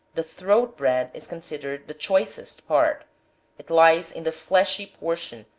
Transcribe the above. the throat bread is considered the choicest part it lies in the fleshy portion,